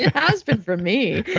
yeah has been for me.